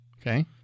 Okay